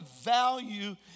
value